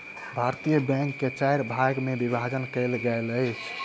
भारतीय बैंक के चाइर भाग मे विभाजन कयल गेल अछि